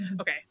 okay